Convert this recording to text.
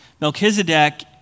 Melchizedek